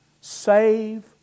Save